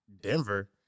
Denver